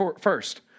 first